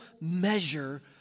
measure